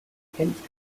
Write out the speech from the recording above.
hence